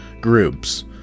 Groups